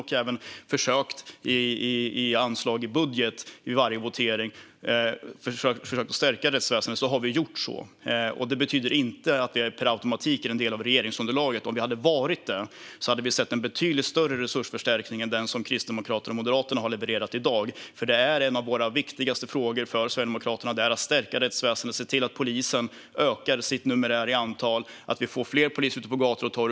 Vi har även vid varje votering om anslag i budgeten försökt stärka rättsväsendet. Det betyder inte att vi per automatik är en del av regeringsunderlaget. Om vi hade varit det hade vi sett en betydligt större resursförstärkning än den som Kristdemokraterna och Moderaterna har levererat i dag. En av de viktigaste frågorna för Sverigedemokraterna är nämligen att stärka rättsväsendet och se till att antalet poliser ökar, så att vi får fler poliser ute på gator och torg.